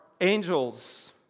angels